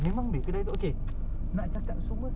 but zero point two is the price